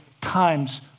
times